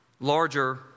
larger